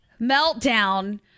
Meltdown